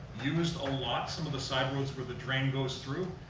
used a lot, some of the side roads where the drain goes through,